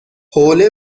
حوله